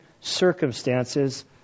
circumstances